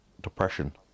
depression